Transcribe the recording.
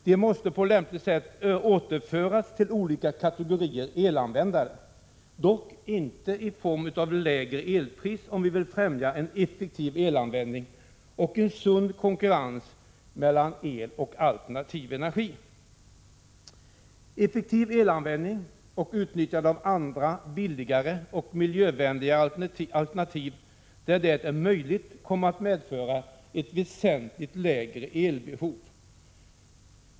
De måste på lämpligt sätt återföras till olika kategorier elanvändare — dock inte i form av lägre elpris, om vi vill främja en effektiv elanvändning och en sund konkurrens mellan el och alternativ energi. Effektiv elanvändning och utnyttjande av andra, billigare och miljövänligare alternativ där det är möjligt kommer att medföra väsentligt lägre elbehov.